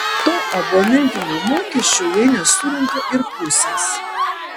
to abonentinio mokesčio jei nesurenka ir pusės